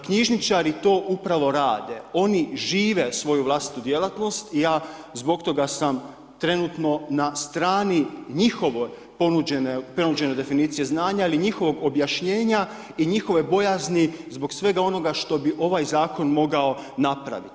Knjižničari to upravo rade, oni žive svoju vlastitu djelatnost i ja zbog toga sam trenutno na strani njihovoj ponuđene, ponuđene definicije znanja ili njihovog objašnjenja i njihove bojazni zbog svega onoga što bi ovaj zakon mogao napraviti.